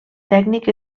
tècnic